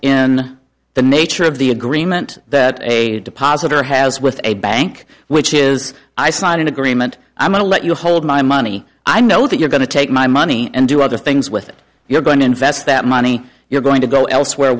in the nature of the agreement that a deposit or has with a bank which is i signed an agreement i'm going to let you hold my money i know that you're going to take my money and do other things with it you're going to invest that money you're going to go elsewhere